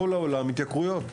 בכל העולם יש התייקרויות.